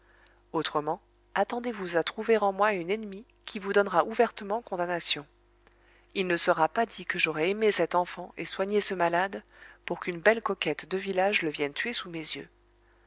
autrement attendez-vous à trouver en moi une ennemie qui vous donnera ouvertement condamnation il ne sera pas dit que j'aurai aimé cet enfant et soigné ce malade pour qu'une belle coquette de village le vienne tuer sous mes yeux